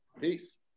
Peace